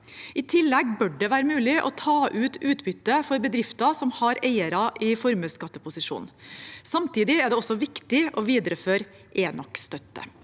I tillegg bør det være mulig å ta ut utbytte for bedrifter som har eiere i formuesskatteposisjon. Samtidig er det også viktig å videreføre enøkstøtte.